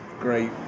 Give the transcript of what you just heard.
Great